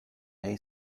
may